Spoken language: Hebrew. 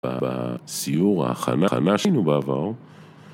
בסיור ההכנה שלנו בעבר